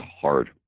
hard